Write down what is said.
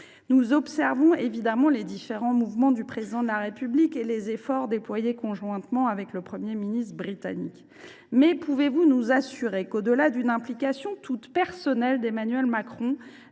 Nous observons évidemment les différents mouvements du Président de la République et les efforts qu’il a déployés conjointement avec le Premier ministre britannique. Mais pouvez vous nous assurer que, au delà de cette implication toute personnelle d’Emmanuel Macron,